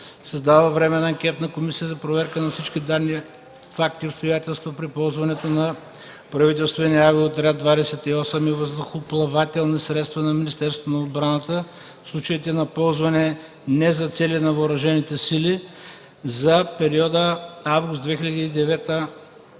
Създава Временна анкетна комисия за проверка на всички данни, факти и обстоятелства при ползването на правителствения „Авиоотряд 28” и въздухоплавателни средства на Министерството на отбраната в случаите на ползване не за цели на Въоръжените сили за периода август 2009